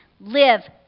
Live